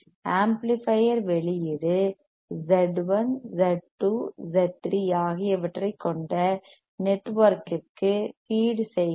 amplifier வெளியீடு Z 1 Z 2 Z3 ஆகியவற்றைக் கொண்ட நெட்வொர்க்கிற்கு ஃபீட் செய்கிறது